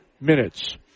minutes